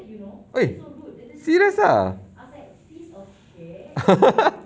eh serious ah